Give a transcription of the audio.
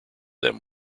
them